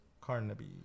Carnaby